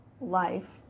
life